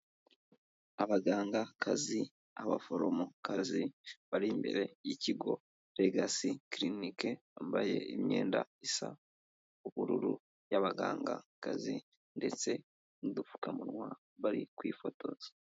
Abagangakazi, abaforomokazi bari imbere yikigo Legacy kirinike, bambaye imyenda isa ubururu y'abagangakazi ndetse n'udupfukamunwa, bari kwifotoza.